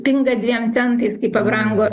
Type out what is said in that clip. pinga dviem centais pabrango